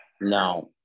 No